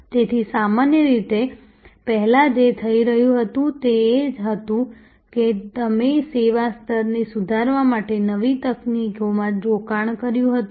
તેથી સામાન્ય રીતે પહેલા જે થઈ રહ્યું હતું તે એ હતું કે તમે સેવા સ્તરને સુધારવા માટે નવી તકનીકોમાં રોકાણ કર્યું હતું